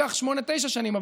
חלק ייקח שמונה-תשע שנים,